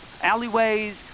alleyways